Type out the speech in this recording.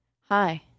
Hi